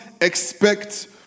expect